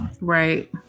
Right